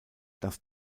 das